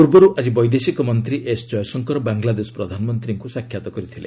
ପୂର୍ବରୁ ଆଜି ବୈଦେଶିକମନ୍ତ୍ରୀ ଏସ୍ଜୟଶଙ୍କର ବାଂଲାଦେଶ ପ୍ରଧାନମନ୍ତ୍ରୀଙ୍କୁ ସାକ୍ଷାତ କରିଥିଲେ